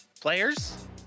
Players